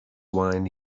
wine